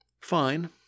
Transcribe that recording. fine